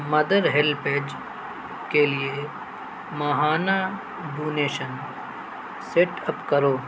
mother help age کے لیے ماہانہ ڈونیشن سیٹ اپ کرو